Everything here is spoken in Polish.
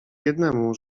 jednemu